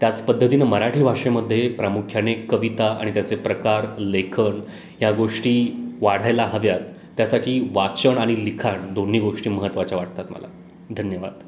त्याच पद्धतीनं मराठी भाषेमध्ये प्रामुख्याने कविता आणि त्याचे प्रकार लेखन या गोष्टी वाढायला हव्यात त्यासाठी वाचन आणि लिखाण दोन्ही गोष्टी महत्त्वाच्या वाटतात मला धन्यवाद